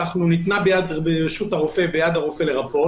ניתנה ביד הרופא לרפא,